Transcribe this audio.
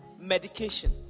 medication